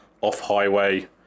off-highway